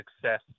success